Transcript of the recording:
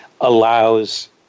allows